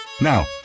Now